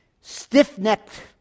stiff-necked